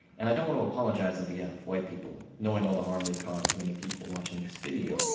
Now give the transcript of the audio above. and i don't want to apologize on behalf of white people, knowing all the harm they've caused many people watching this video,